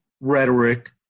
rhetoric